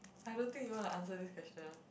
I don't think you want to answer this question